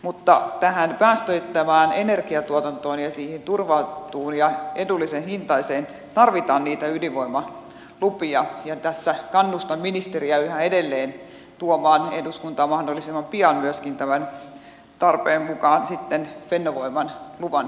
mutta tähän päästöttömään energiatuotantoon ja siihen turvattuun ja edullisen hintaiseen tarvitaan niitä ydinvoimalupia ja tässä kannustan ministeriä yhä edelleen tuomaan eduskuntaan mahdollisimman pian myöskin tämän tarpeen mukaan sitten fennovoiman luvan käsiteltäväksi